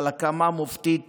על הקמה מופתית